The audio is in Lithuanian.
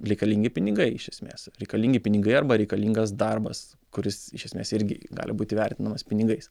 reikalingi pinigai iš esmės reikalingi pinigai arba reikalingas darbas kuris iš esmės irgi gali būt įvertinamas pinigais